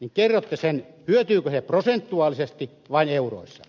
niin kerrotte sen hyötyvätkö he prosentuaalisesti vai euroissa